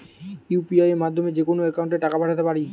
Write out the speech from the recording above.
UPI মাধ্যমে যেকোনো একাউন্টে টাকা পাঠাতে পারি?